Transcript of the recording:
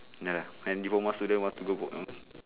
ya and diploma student want to go for